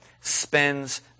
spends